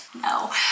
no